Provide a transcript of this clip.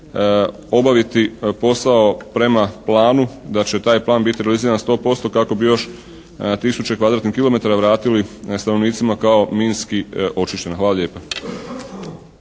obaviti posao prema planu, da će taj plan biti realiziran 100% kako bi još tisuće kvadratnih kilometara vratili stanovnicima kao minski očišćena. Hvala lijepa.